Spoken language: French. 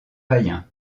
païen